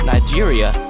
Nigeria